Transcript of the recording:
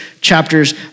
chapters